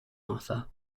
arthur